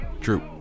True